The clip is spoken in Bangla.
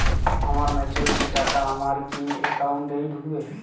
আমার ম্যাচুরিটির টাকা আমার কি অ্যাকাউন্ট এই ঢুকবে?